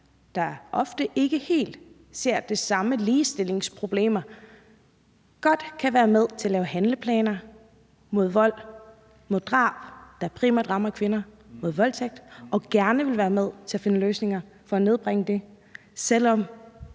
der ofte ikke helt ser de samme ligestillingsproblemer, godt kan være med til at lave handleplaner mod vold, mod drab og mod voldtægt, der primært rammer kvinder, og at vi gerne vil være med til at finde løsninger for at nedbringe det, selv om